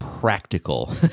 practical